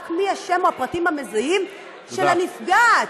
רק השם או הפרטים המזהים של הנפגעת.